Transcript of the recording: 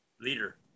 leader